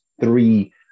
three